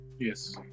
Yes